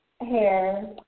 hair